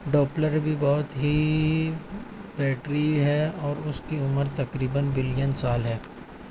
Doppler بھی بہت ہی بیٹری ہے اور اس کی عمر تقریباً بلین سال ہے